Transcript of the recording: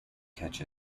catch